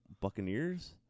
Buccaneers